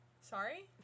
Sorry